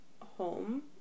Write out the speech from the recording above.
home